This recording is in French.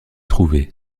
trouvés